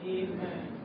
Amen